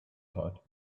thought